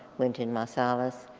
wynton marsalis,